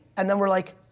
and then we're like,